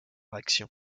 action